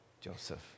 Joseph